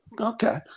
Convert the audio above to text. okay